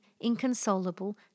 inconsolable